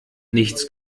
nichts